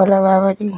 ଭଲ ଭାବରେ